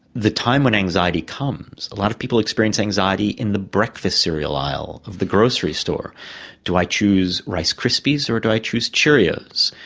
the time when anxiety comes a lot of people experience anxiety in the breakfast cereal aisle of the grocery store do i choose rice krispies or do i choose cheerios?